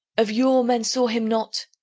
of yore men saw him not,